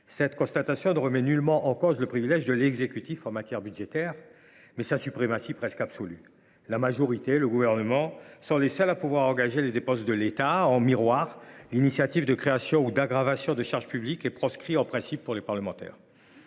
Ce constat vise non pas à remettre en cause le privilège de l’exécutif en matière budgétaire, mais à contester sa suprématie presque absolue. Le Gouvernement et sa majorité sont les seuls à pouvoir engager les dépenses de l’État. En miroir, l’initiative de création ou d’aggravation de charges publiques est proscrite en principe pour les parlementaires.